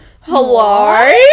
hello